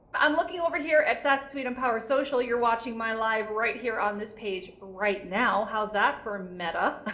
i'm looking over here at sassy suite, empowersocial. you're watching my live right here on this page, right now. how's that for meta? ah